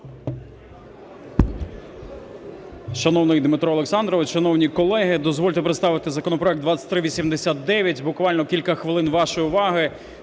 Дякую.